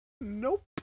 Nope